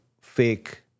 fake